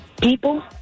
People